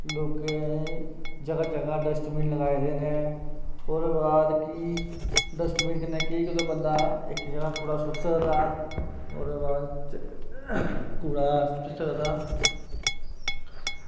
लोकें जगह जगह डस्टबिन लगाये दे न ओह्दे बाद की डस्टबिन कन्नै बंदा इक जगह कूड़ा सुट्टी सकदा ओह्दे बाद कूड़ा सुट्टी सकदा